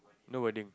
no wording